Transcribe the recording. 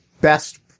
best